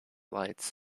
lights